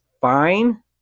fine